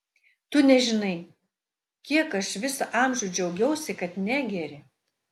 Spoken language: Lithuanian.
tu nežinai kiek aš visą amžių džiaugiausi kad negeri